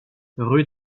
rue